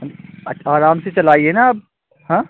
आराम से चलाइए न हाँ